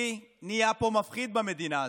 כי נהיה פה מפחיד במדינה הזו.